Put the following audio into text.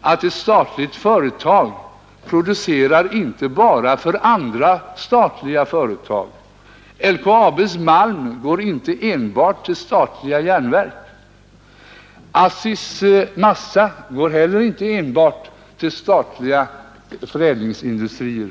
att ett statligt företag inte producerar bara för andra statliga företag. LKAB:s malm går inte enbart till statliga järnverk. ASSI:s massa går heller inte enbart till statliga förädlingsindustrier.